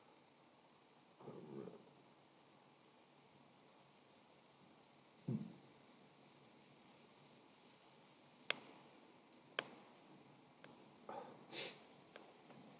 mm